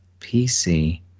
PC